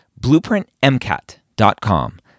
BlueprintMCAT.com